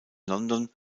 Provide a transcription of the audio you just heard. london